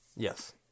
Yes